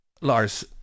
Lars